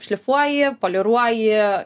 šlifuoji poliruoji